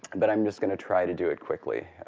and but i'm just going to try to do it quickly.